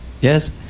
yes